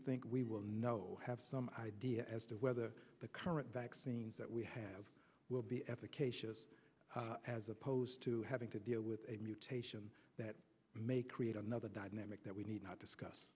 think we will no have some idea as to whether the current vaccines that we have will be efficacious as opposed to having to deal with a mutation that may create another dynamic that we need not discuss